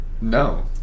No